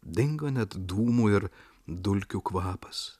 dingo net dūmų ir dulkių kvapas